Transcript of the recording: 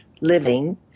living